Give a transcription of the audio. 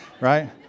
right